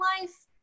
life